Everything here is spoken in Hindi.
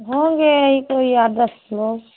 होंगे यही कोई आठ दस लोग